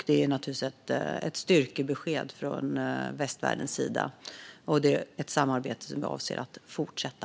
Det är naturligtvis ett styrkebesked från västvärldens sida, och det är ett samarbete som vi avser att fortsätta.